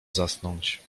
zasnąć